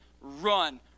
run